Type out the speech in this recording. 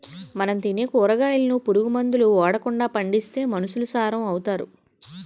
మనం తినే కూరగాయలను పురుగు మందులు ఓడకండా పండిత్తే మనుసులు సారం అవుతారు